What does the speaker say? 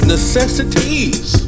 Necessities